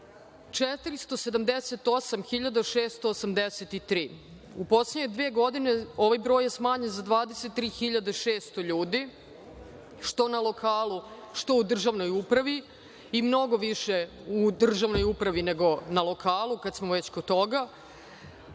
478.683. U poslednje dve godine ovaj broj je smanjen za 23.600 ljudi, što na lokalu, što u državnoj upravi, mnogo više u državnoj upravi nego na lokalu, kad smo već kod toga. Što